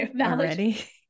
already